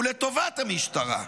הוא לטובת המשטרה.